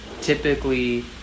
typically